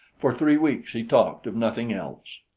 for three weeks he talked of nothing else.